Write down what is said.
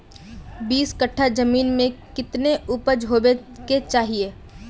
बीस कट्ठा जमीन में कितने उपज होबे के चाहिए?